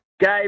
Gabe